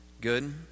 Good